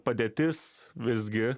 padėtis visgi